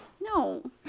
No